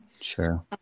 Sure